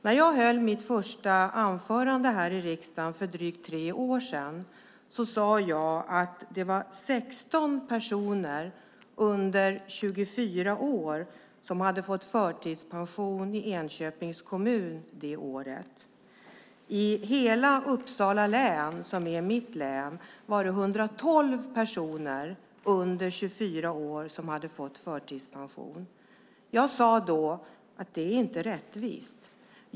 När jag höll mitt första anförande här i riksdagen för drygt tre år sedan sade jag att det var 16 personer under 24 år som hade fått förtidspension i Enköpings kommun det året. I hela Uppsala län, som är mitt län, var det 112 personer under 24 år som hade fått förtidspension. Jag sade då att det inte är rättvist.